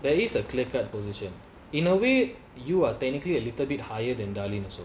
there is a clear cut position in a way you are technically a little bit higher than darlene also